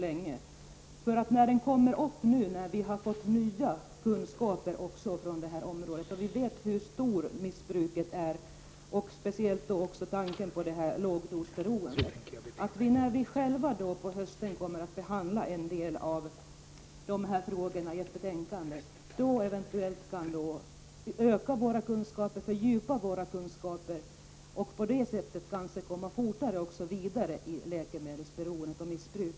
När frågan återigen blir aktuell har vi ju nya kunskaper på området. Vi vet hur omfattande missbruket är, speciellt med tanke på lågdosberoendet. Till hösten kommer vi ju att behandla en del av de här frågorna i ett betähkande och till dess hinner vi kanske ytterligare fördjupa våra kunskaper på området. På det sättet går det kanske fortare att komma framåt i arbetet med att komma till rätta med läkemedelsberoendet och missbruket.